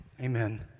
Amen